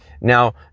Now